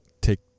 Take